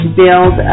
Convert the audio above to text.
build